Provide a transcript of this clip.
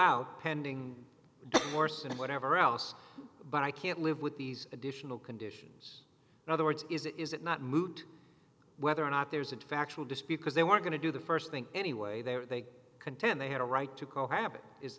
out pending morse and whatever else but i can't live with these additional conditions in other words is it is it not moot whether or not there's a factual dispute because they were going to do the first thing anyway they were they contend they had a right to cohabit is